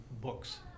books